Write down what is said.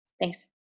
thanks